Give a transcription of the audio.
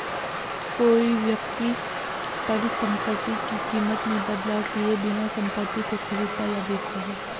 कोई व्यक्ति परिसंपत्ति की कीमत में बदलाव किए बिना संपत्ति को खरीदता या बेचता है